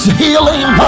healing